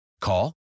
Call